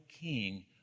king